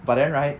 but then right